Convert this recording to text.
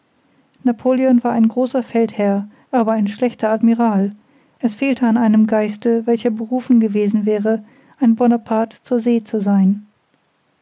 napoleon war ein großer feldherr aber ein schlechter admiral es fehlte an einem geiste welcher berufen gewesen wäre ein bonaparte zur see zu sein